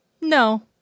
No